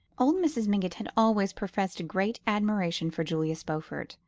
old mrs. mingott had always professed a great admiration for julius beaufort,